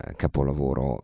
capolavoro